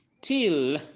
till